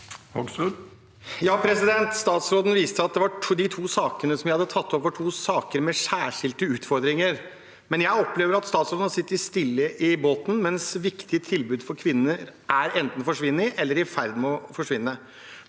Statsråden viste til at de to sakene jeg hadde tatt opp, var to saker med særskilte utfordringer, men jeg opplever at statsråden har sittet stille i båten mens viktige tilbud for kvinner enten er forsvunnet eller er i ferd med å forsvinne.